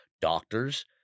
doctors